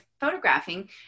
photographing